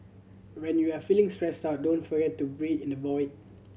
when you are feeling stressed out don't forget to breathe in the void